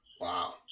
wow